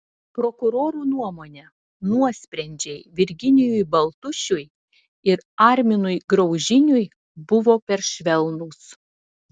prokurorų nuomone nuosprendžiai virginijui baltušiui ir arminui graužiniui buvo per švelnūs